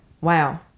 wow